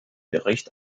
bericht